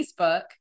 Facebook